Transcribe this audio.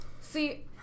See